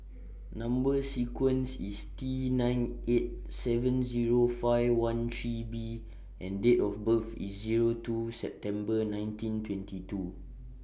Number sequence IS T nine eight seven Zero five one three B and Date of birth IS Zero two September nineteen twenty two